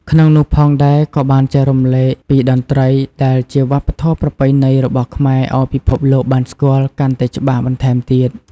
ក្នុងនោះផងដែរក៏បានចែករំលែកពីតន្រ្តីដែលជាវប្បធម៌ប្រពៃណីរបស់ខ្មែរឲ្យពិភពលោកបានស្គាល់កាន់តែច្បាស់បន្ថែមទៀត។